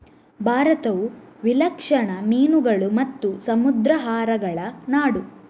ಭಾರತವು ವಿಲಕ್ಷಣ ಮೀನುಗಳು ಮತ್ತು ಸಮುದ್ರಾಹಾರಗಳ ನಾಡು